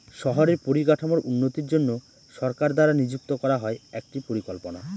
শহরের পরিকাঠামোর উন্নতির জন্য সরকার দ্বারা নিযুক্ত করা হয় একটি পরিকল্পনা